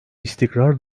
istikrar